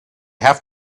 have